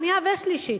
שנייה ושלישית.